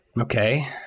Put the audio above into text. Okay